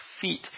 feet